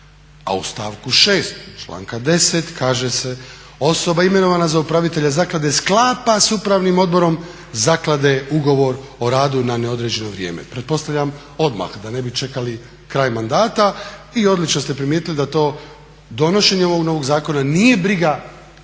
A u stavku 6. članka 10. kaže se: "Osoba imenovana za upravitelja zaklade sklapa sa Upravnim odborom zaklade ugovor o radu na neodređeno vrijeme." Pretpostavljam odmah, da ne bi čekali kraj mandata. I odlično ste primijetili da to donošenje ovog novog zakona nije briga